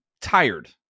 tired